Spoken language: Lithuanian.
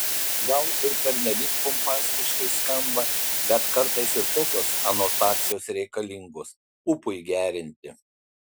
gal ir pernelyg pompastiškai skamba bet kartais ir tokios anotacijos reikalingos ūpui gerinti